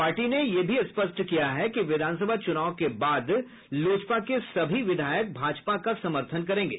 party ने स्पष्ट किया है कि विधानसभा चुनाव के बाद लोजपा के सभी विधायक भाजपा का समर्थन करेंगे